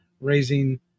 raising